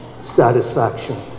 satisfaction